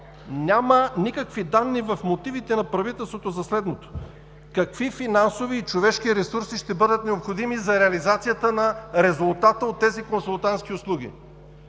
няма никакви данни в мотивите на правителството за следното: какви финансови и човешки ресурси ще бъдат необходими за реализацията на резултата от тези консултантски услуги?